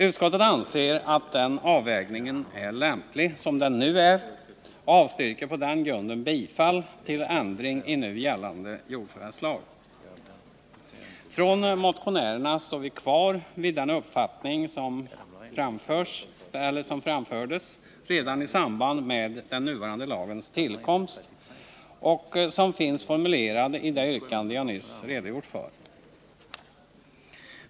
Utskottet anser att den avvägningen är lämplig som den nu är och avstyrker på den grunden bifall till ändring i gällande jordförvärvslag. Från motionärernas sida står vi kvar vid den uppfattning som framfördes redan i samband med den nuvarande lagens tillkomst och som finns formulerad i det yrkande jag nyss redogjort för.